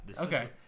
okay